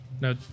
no